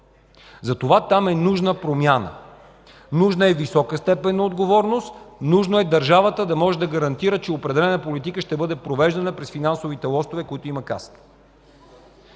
Затова там е нужна промяна. Нужна е висока степен на отговорност, нужно е държавата да може да гарантира, че определена политика ще бъде провеждана през финансовите лостове, които има Касата.